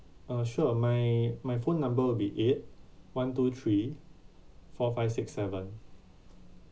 uh sure my my phone number will be eight one two three four five six seven